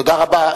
תודה רבה.